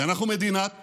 כי אנחנו מדינת חוק.